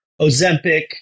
Ozempic